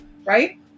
right